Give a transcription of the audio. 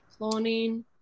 cloning